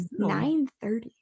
930